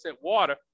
water